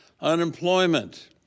unemployment